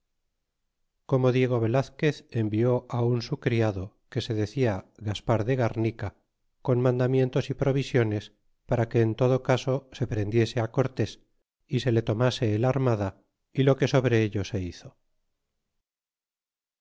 ctuno diego n elazqucz envió un su criado que se decia gaspar r de garnica con mandamientos y provisiones para que en todo caso se prendiese á cortes y se le tomase el armada y lo qut liebre ello se hizo